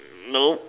nope